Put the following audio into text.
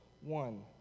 one